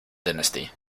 dynasty